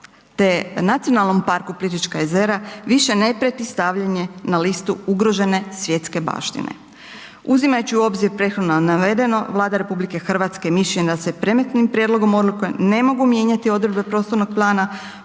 te NP Plitvička jezera više ne prijeti stavljanje na listu ugrožene svjetske baštine. Uzimajući obzir prethodno navedeno, Vlada RH je mišljenja da se predmetnim prijedlogom odluka ne mogu mijenjati odredbe prostornog plana